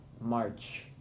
March